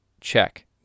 Check